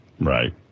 Right